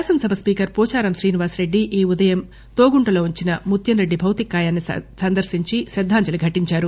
శాసనసభ స్పీకర్ పోచారం శ్రీనివాసరెడ్డి ఈ ఉదయం తొగుటలో ఉంచిన ముత్యంరెడ్డి భౌతికకాయాన్సి దర్శించి శ్రద్దాంజలి ఘటించారు